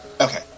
Okay